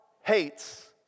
hates